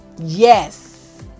Yes